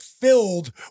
filled